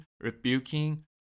rebuking